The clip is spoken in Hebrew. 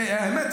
האמת,